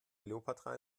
kleopatra